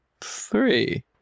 three